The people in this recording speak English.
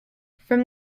from